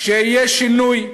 אדוני השר,